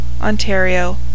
Ontario